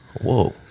Whoa